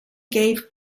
gave